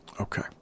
Okay